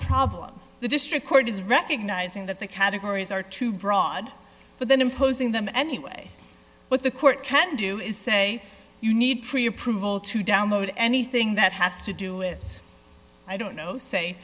problem the district court is recognizing that the categories are too broad but then imposing them anyway what the court can do is say you need pre approval to download anything that has to do with i don't know say